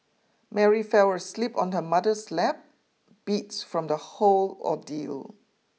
Mary fell asleep on her mother's lap beat from the whole ordeal